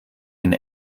den